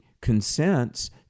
consents